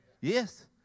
Yes